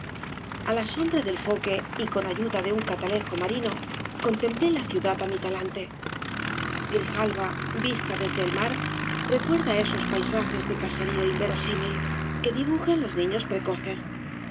á la sombra del foque y con ayuda de un catalejo marino contemplé la ciudad ámi talante grijalba vista desde el mar recuerda esos paisajes de caserío inverosímil que dibujan los niños precoces es